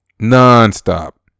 Non-stop